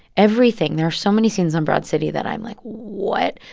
everything. there are so many scenes on broad city that i'm like, what?